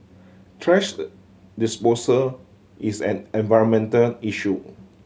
thrash disposal is an environmental issue